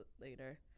later